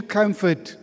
comfort